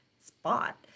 spot